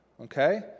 Okay